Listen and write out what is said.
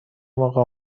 موقع